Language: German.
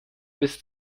bis